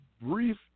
brief